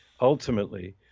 ultimately